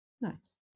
Nice